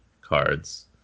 cards